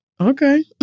okay